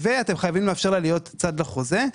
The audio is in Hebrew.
שנית, אתם חייבים לאפשר לה להיות צד בחוזה.